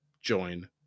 join